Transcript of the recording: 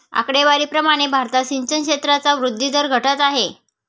आकडेवारी प्रमाणे भारतात सिंचन क्षेत्राचा वृद्धी दर घटत आहे